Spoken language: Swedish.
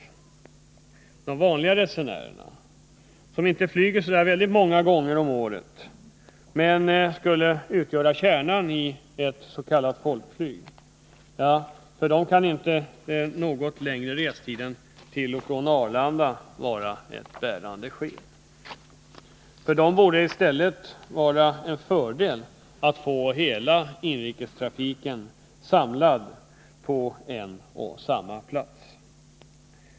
För de vanliga resenärerna, som inte flyger så många gånger om året men som skulle utgöra kärnan i ett Janda flygplatser s.k. folkflyg, kan den något längre restiden till och från Arlanda inte vara mö något bärande skäl. För dessa borde det i stället vara en fördel att få hela inrikestrafiken samlad till en och samma plats.